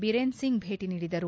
ಬೀರೇನ್ಸಿಂಗ್ ಭೇಟಿ ನೀಡಿದರು